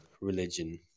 religion